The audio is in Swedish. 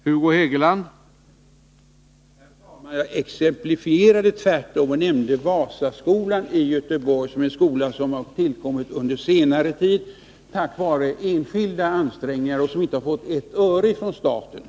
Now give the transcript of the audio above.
Herr talman! Tvärtom exemplifierade jag och nämnde Vasaskolan i Göteborg som en skola som har tillkommit under senare tid tack vare enskilda ansträngningar och som inte har fått ett öre från staten.